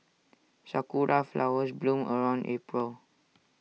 Sakura Flowers bloom around April